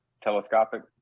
telescopic